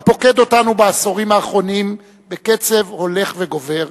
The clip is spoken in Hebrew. הפוקד אותנו בעשורים האחרונים בקצב הולך וגובר,